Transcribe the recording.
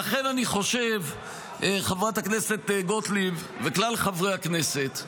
לכן, חברת הכנסת גוטליב וכלל חברי הכנסת,